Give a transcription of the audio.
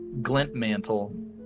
Glintmantle